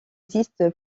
existe